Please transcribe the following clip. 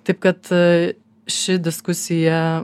taip kad ši diskusija